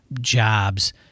jobs